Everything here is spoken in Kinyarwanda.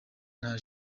nta